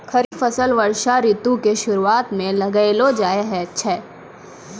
खरीफ फसल वर्षा ऋतु के शुरुआते मे लगैलो जाय छै आरु अप्रैल आरु मई के बीच मे काटलो जाय छै